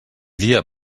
dia